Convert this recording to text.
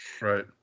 Right